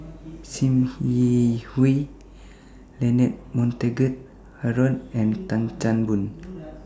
SIM Yi Hui Leonard Montague Harrod and Tan Chan Boon